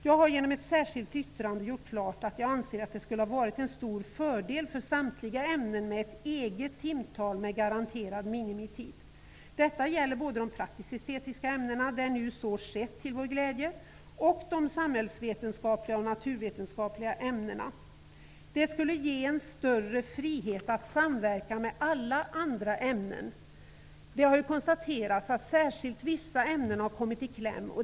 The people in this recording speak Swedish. Jag har genom ett särskilt yttrande gjort klart att jag anser att det skulle ha varit en stor fördel för samtliga ämnen med ett eget timtal med en garanterad minimitid. Detta gäller både de praktiskt-estetiska ämnena, där nu så skett till vår glädje, och de samhällsvetenskapliga och naturvetenskapliga ämnena. Detta skulle ge en större frihet att samverka med alla andra ämnen. Det har konstaterats att särskilt vissa ämnen har kommit kläm.